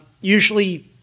usually